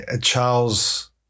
Charles